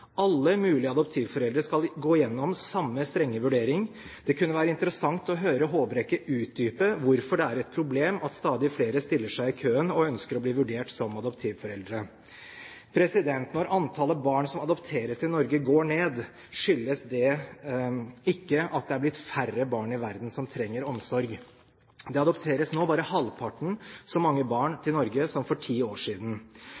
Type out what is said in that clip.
Alle mulige adoptivforeldre skal gå gjennom samme strenge vurdering. Det kunne være interessant å høre Håbrekke utdype hvorfor det er et problem at stadig flere stiller seg i køen og ønsker å bli vurdert som adoptivforeldre. Når antallet barn som adopteres til Norge, går ned, skyldes det ikke at det er blitt færre barn i verden som trenger omsorg. Det adopteres nå bare halvparten så mange barn til Norge som for ti år siden.